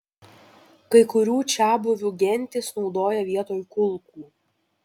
kai kurių čiabuvių gentys naudoja vietoj kulkų